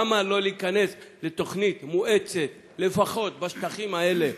למה לא להיכנס לתוכנית מואצת לפחות בשטחים האלה,